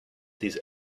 these